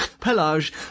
Pelage